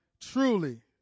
Truly